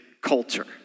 culture